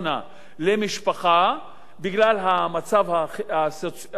למשפחה בגלל המצב הכלכלי שלה,